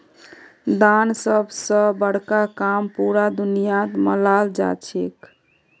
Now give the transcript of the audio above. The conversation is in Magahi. दान सब स बड़का काम पूरा दुनियात मनाल जाछेक